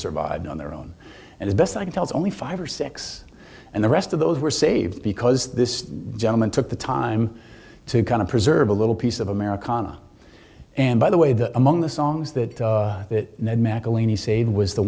survived on their own and as best i can tell it's only five or six and the rest of those were saved because this gentleman took the time to kind of preserve a little piece of americana and by the way the among the songs that you saved was the